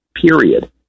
period